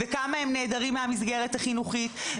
וכמה הם נעדרים מהמסגרת החינוכית,